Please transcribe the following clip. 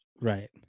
Right